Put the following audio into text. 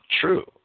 true